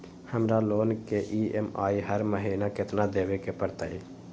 हमरा लोन के ई.एम.आई हर महिना केतना देबे के परतई?